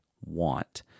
want